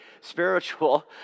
spiritual